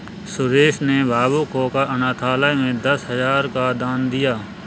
सुरेश ने भावुक होकर अनाथालय में दस हजार का दान दिया